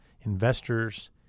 investors